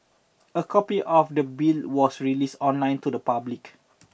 a copy of the bill was released online to the public